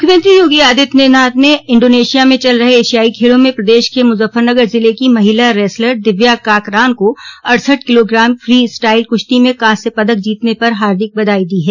मुख्यमंत्री योगी आदित्यनाथ ने इण्डोनिशिया में चल रहे एशियाई खेलों में प्रदेश के मुजफ्फरनगर ज़िले की महिला रेसलर दिव्या काकरान को अड़सठ किलोग्राम फ़ी स्टाइल कुश्ती में कांस्य पदक जीतने पर हार्दिक बधाई दी है